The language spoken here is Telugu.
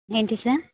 ఏంటి సార్